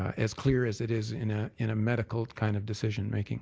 as clear as it is in ah in a medical kind of decision-making